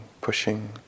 pushing